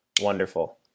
Wonderful